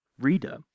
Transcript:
reader